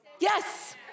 Yes